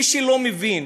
מי שלא מבין